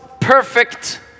perfect